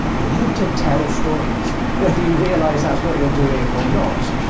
you need to tell stories, whether you realise that's what you're doing or not.